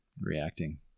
reacting